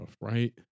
right